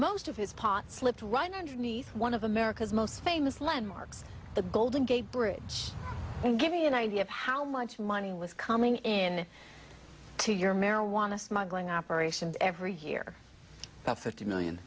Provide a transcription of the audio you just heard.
most of his pot slipped right underneath one of america's most famous landmarks the golden gate bridge and give me an idea of how much money was coming in to your marijuana smuggling operation every hear about fifty million